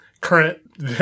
current